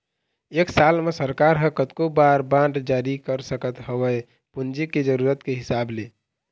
एक साल म सरकार ह कतको बार बांड जारी कर सकत हवय पूंजी के जरुरत के हिसाब ले